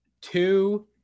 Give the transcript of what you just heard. two